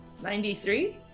93